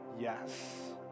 yes